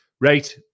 Right